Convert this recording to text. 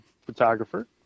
photographer